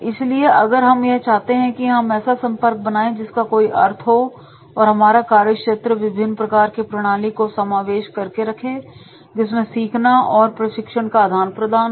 इसलिए अगर हम यह चाहते हैं की हम ऐसा संपर्क बनाए जिसका कोई अर्थ हो और हमारा कार्यक्षेत्र विभिन्न प्रकार के प्रणाली को समावेश करके रखें जिसमें सीखना और प्रशिक्षण का आदान प्रदान हो